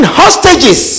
hostages